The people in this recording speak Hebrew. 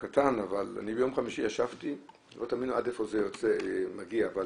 לבי לבי עם מנהלי בתי החולים.